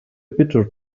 bitter